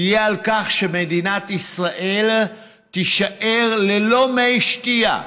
תהיה על כך שמדינת ישראל תישאר ללא מי שתייה.